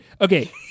Okay